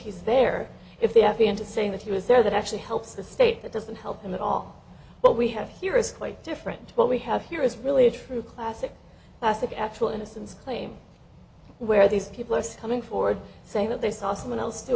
he's there if the advantage saying that he was there that actually helps the state that doesn't help him at all what we have here is quite different what we have here is really a true classic classic actual innocence claim where these people are coming forward saying that they saw someone else